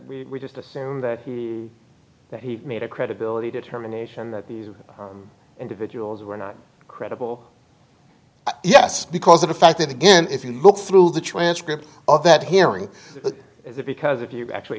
is we just assume that he that he made a credibility determination that these individuals were not credible yes because of the fact that again if you look through the transcript of that hearing because if you actually